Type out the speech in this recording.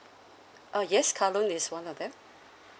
uh yes car loan is one of them